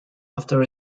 after